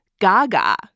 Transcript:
Gaga